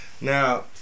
Now